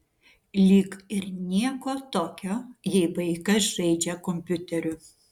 lyg ir nieko tokio jei vaikas žaidžia kompiuteriu